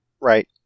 right